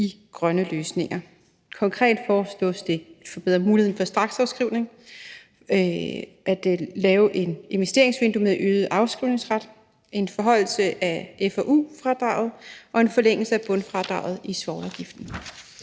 i grønne løsninger. Konkret foreslås det at forbedre muligheden for straksafskrivninger, at lave et investeringsvindue med øget afskrivningsret, en forhøjelse af FoU-fradraget og en forlængelse af bundfradraget i svovlafgiften.